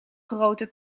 grote